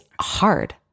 hard